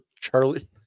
Charlie